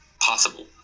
possible